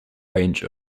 range